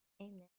Amen